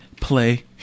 play